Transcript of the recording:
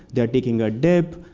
they're taking a dip,